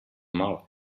mouth